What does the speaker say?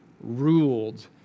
ruled